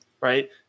right